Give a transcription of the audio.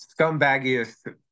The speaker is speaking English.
scumbaggiest